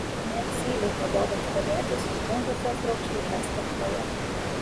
net zylei pabodo stebėti sustingusias raukšlytes kaktoje